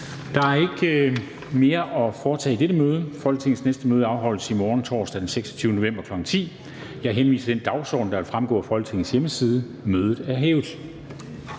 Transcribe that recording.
Der er ikke mere at foretage i dette møde. Folketingets næste møde afholdes i morgen, torsdag den 26. november 2020, kl. 10.00. Jeg henviser til den dagsorden, der vil fremgå af Folketingets hjemmeside. Mødet er hævet.